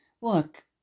Look